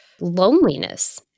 Loneliness